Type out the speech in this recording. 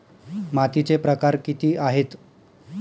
मातीचे प्रकार किती आहेत?